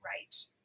right